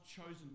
chosen